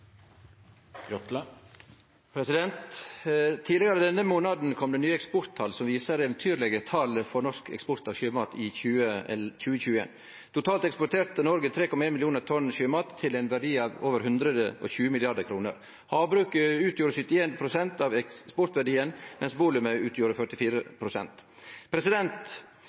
Tidlegare denne månaden kom det nye eksporttal som viser eventyrlege tal for norsk eksport av sjømat i 2021. Totalt eksporterte Noreg 3,1 millionar tonn sjømat til ein verdi av over 120 mrd. kr. Havbruket utgjorde 71 pst. av eksportverdien, mens volumet utgjorde